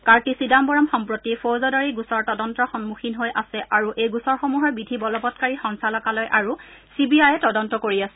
কাৰ্তি চিদাম্বৰম সম্প্ৰতি ফৌজদাৰী গোচৰ তদন্তৰ সন্মুখীন হৈ আছে আৰু এই গোচৰসমূহৰ বিধিবলবৎকাৰী সঞ্চালকালয় আৰু চি বি আইয়ে তদন্ত কৰি আছে